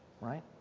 right